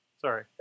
Sorry